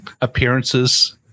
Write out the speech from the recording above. appearances